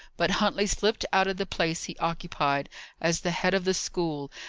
but huntley slipped out of the place he occupied as the head of the school,